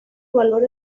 valor